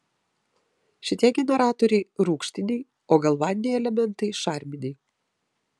šitie generatoriai rūgštiniai o galvaniniai elementai šarminiai